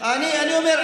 אני אומר,